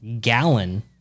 gallon